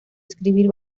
escribir